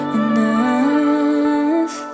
enough